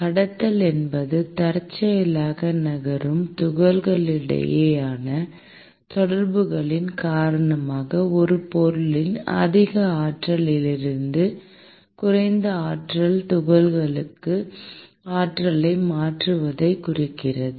கடத்தல் என்பது தற்செயலாக நகரும் துகள்களுக்கிடையேயான தொடர்புகளின் காரணமாக ஒரு பொருளின் அதிக ஆற்றலிலிருந்து குறைந்த ஆற்றல் துகள்களுக்கு ஆற்றலை மாற்றுவதைக் குறிக்கிறது